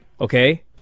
okay